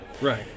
Right